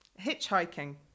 Hitchhiking